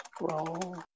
Roll